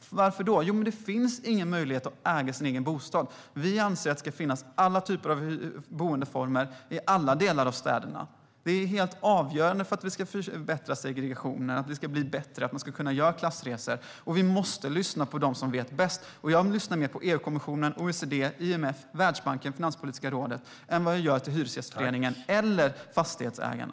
Varför då? Jo, för det finns ingen möjlighet att äga sin egen bostad. Vi anser att det ska finnas alla typer av boendeformer i alla delar av städerna. Det är helt avgörande för att vi ska minska segregationen, för att det ska bli bättre och för att man ska kunna göra klassresor. Vi måste lyssna på dem som vet bäst. Jag lyssnar mer på EU-kommissionen, OECD, IMF, Världsbanken och Finanspolitiska rådet än på Hyresgästföreningen eller fastighetsägarna.